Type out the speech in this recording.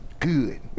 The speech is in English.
good